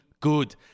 good